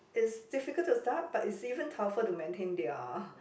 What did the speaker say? it's difficult to start but it's even tougher to maintain their